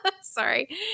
Sorry